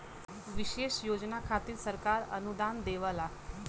विशेष योजना खातिर सरकार अनुदान देवला